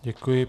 Děkuji.